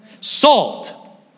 Salt